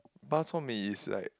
bak-chor-mee is like